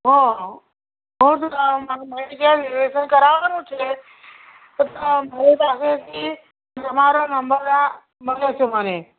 ઓહ હું શું કહું મારે કરાવવાનું છે તો હું ઘરેથી તમારો નંબર મને મને